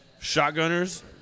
shotgunners